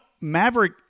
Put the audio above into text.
Maverick